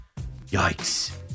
Yikes